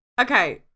okay